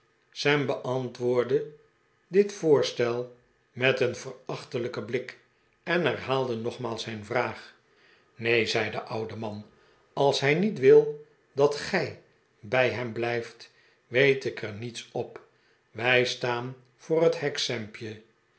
sam beantwoordde dit voorstel met een verachtelijken blik en herhaalde nogmaals zijn vraag neen zei de oude man als hij niet wil dat gij bij hem blijft weet ik er niets op wij staan voor het hek